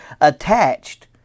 attached